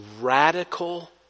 radical